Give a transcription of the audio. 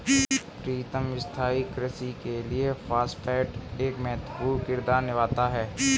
प्रीतम स्थाई कृषि के लिए फास्फेट एक महत्वपूर्ण किरदार निभाता है